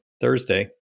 Thursday